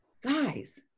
Guys